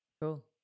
Cool